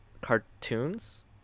cartoons